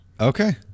Okay